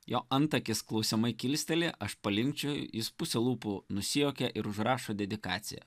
jo antakis klausiamai kilsteli aš palinkčioju jis puse lūpų nusijuokia ir užrašo dedikaciją